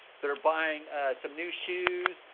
they're buying some new shoes,